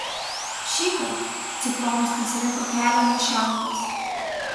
šįkart ciklonas pasirinko kelią nuo šiaurės